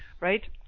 right